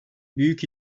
büyük